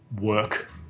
work